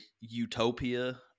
utopia